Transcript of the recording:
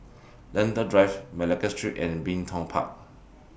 Lentor Drive Malacca Street and Bin Tong Park